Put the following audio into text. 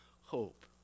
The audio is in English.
hope